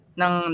ng